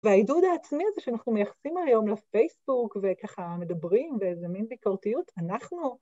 והעידוד העצמי הזה שאנחנו מייחסים היום לפייסבוק וככה מדברים באיזה מין ביקורתיות, אנחנו...